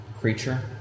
creature